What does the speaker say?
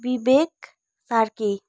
Vivek Sarki